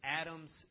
Adam's